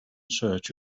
search